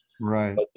right